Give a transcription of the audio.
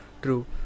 true